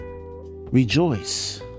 Rejoice